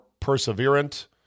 perseverant